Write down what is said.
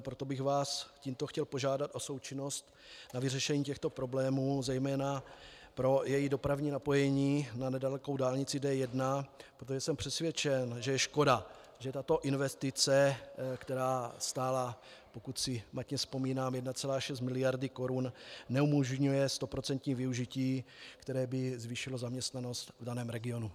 Proto bych vás tímto chtěl požádat o součinnost na vyřešení těchto problémů, zejména pro její dopravní napojení na nedalekou dálnici D1, protože jsem přesvědčen, že je škoda, že tato investice, která stála, pokud si matně vzpomínám, 1,6 miliardy korun, neumožňuje stoprocentní využití, které by zvýšilo zaměstnanost v daném regionu.